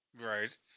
Right